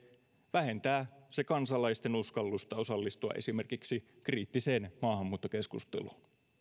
vähentää se kansalaisten uskallusta osallistua esimerkiksi kriittiseen maahanmuuttokeskusteluun